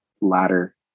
ladder